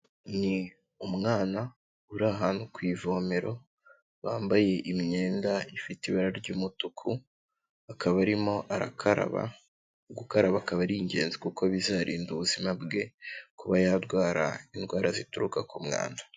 Ni umwana uri ahantu ku ivomero, bambaye imyenda ifite ibara ry'umutuku, akaba arimo arakaraba, gukaraba akaba ari ingenzi kuko bizarinda ubuzima bwe kuba yarwara indwara zituruka ku mwanda.